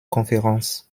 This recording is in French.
conférences